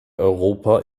europa